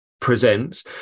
presents